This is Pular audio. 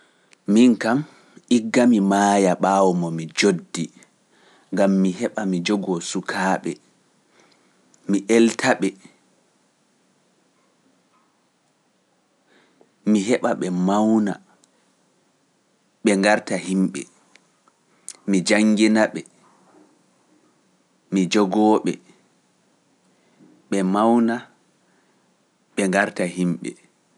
Min kam, igga mi maaya ɓaawo mo mi joddi, ngam mi heɓa mi jogoo sukaaɓe, mi elta ɓe, mi heɓa ɓe mawna, ɓe ngarta himɓe, mi janngina ɓe, mi jogoo ɓe, ɓe mawna, ɓe ngarta himɓe.